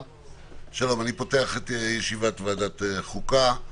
שלום, אני פותח את ישיבת ועדת חוקה.